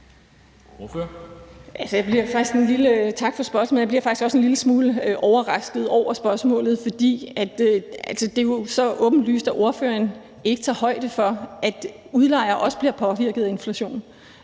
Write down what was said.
Tak for spørgsmålet. Jeg bliver faktisk en lille smule overrasket over spørgsmålet, for det er jo så åbenlyst, at ordføreren ikke tager højde for, at udlejere også bliver påvirket af inflationen